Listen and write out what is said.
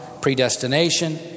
predestination